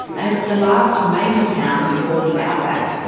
and it's the last major town before the outback.